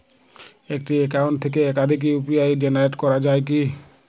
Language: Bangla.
একটি অ্যাকাউন্ট থেকে একাধিক ইউ.পি.আই জেনারেট করা যায় কি?